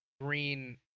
Green